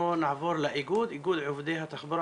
אנחנו נעבור לאיגוד עובדי התחבורה